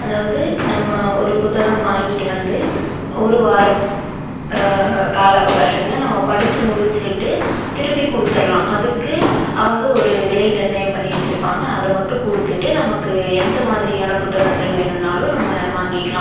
அதாவது நம்ம ஒரு புத்தகம் வாங்கிட்டு வந்து ஒரு வாரம் கால அவகாசத்தில் நம்ம படித்து முடிச்சுவிட்டு திருப்பி கொடுத்துறலாம் அதுக்கு அவங்க ஒரு விலை நிர்ணயம் பண்ணி வச்சுருப்பாங்க அது மட்டும் கொடுத்துட்டு நமக்கு எந்த மாதிரியான புத்தகங்கள் வேணுன்னாலும் நம்ம வாங்கிக்கலாம்